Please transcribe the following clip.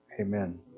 Amen